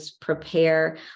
prepare